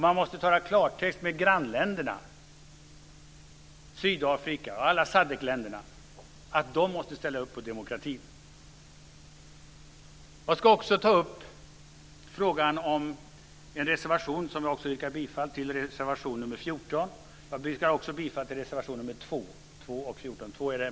Man måste tala klartext med grannländerna - Sydafrika, alla SADC-länderna. De måste ställa upp på demokrati. Jag yrkar bifall till reservationerna nr 2 och 14.